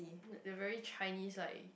like the very Chinese like